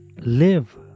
Live